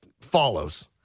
follows